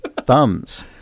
thumbs